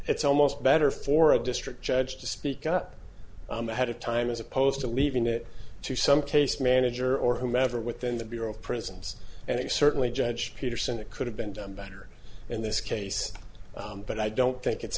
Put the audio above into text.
it's almost better for a district judge to speak up ahead of time as opposed to leaving it to some case manager or whomever within the bureau of prisons and they certainly judge peterson it could have been done better in this case but i don't think it's